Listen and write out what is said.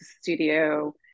studio